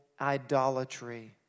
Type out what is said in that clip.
idolatry